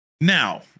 Now